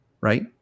right